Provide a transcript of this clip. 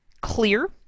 clear